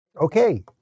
Okay